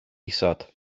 isod